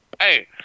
Hey